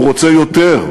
הוא רוצה יותר,